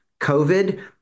COVID